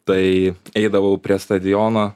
tai eidavau prie stadiono